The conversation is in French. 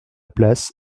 place